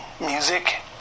music